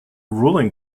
ruling